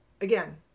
again